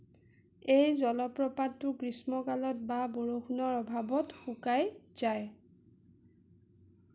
এই জলপ্ৰপাতটো গ্ৰীষ্মকালত বা বৰষুণৰ অভাৱত শুকাই যায়